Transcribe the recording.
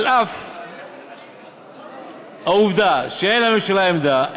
על אף העובדה שאין לממשלה עמדה,